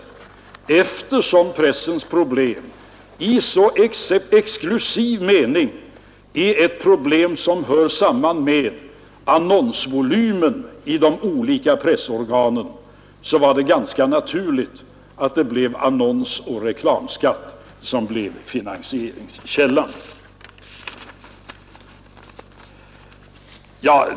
Eftersom pressens problem i så exklusiv mening är ett problem som hör samman med annonsvolymen i de olika pressorganen var det ganska naturligt att finansieringskällan blev annonsoch reklamskatt.